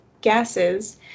gases